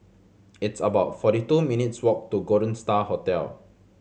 it's about forty two minutes' walk to Golden Star Hotel